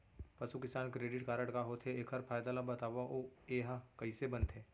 पसु किसान credit card का होथे, एखर फायदा ला बतावव अऊ एहा कइसे बनथे?